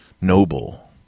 noble